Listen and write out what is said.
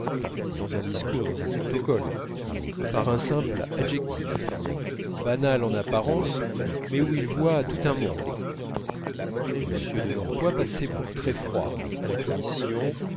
dans un discours dans un protocole par un simple adjectif banal en apparence mais où ils voient tout un monde m de norpois passait pour très froid à la commission